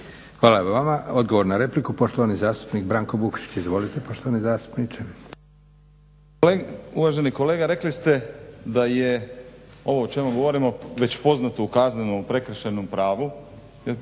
Hvala i vama. Odgovor na repliku, poštovani zastupnik Branko Vukšić. Izvolite